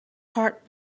heart